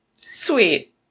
Sweet